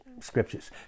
scriptures